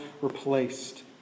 replaced